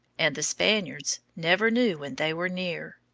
and the spaniards never knew when they were near.